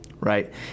right